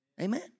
Amen